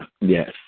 Yes